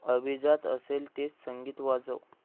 अभिजात असेल तेच संगीत वाजव